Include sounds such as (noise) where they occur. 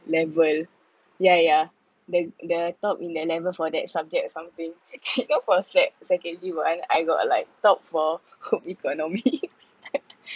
level yeah yeah the the top in their level for that subject or something (laughs) for sec~ secondary one I got like top for home economics (laughs)